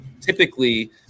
typically